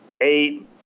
Eight